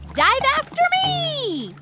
dive after me.